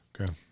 Okay